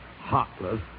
heartless